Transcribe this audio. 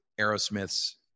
Aerosmith's